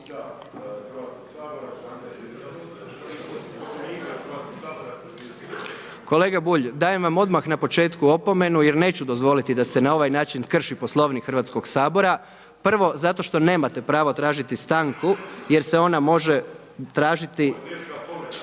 Kolega Bulj dajem vam odmah na početku opomenu jer neću dozvoliti da se na ovaj način krši Poslovnik Hrvatskog sabora. Prvo zato što nemate pravo tražiti stanku jer se ona može tražiti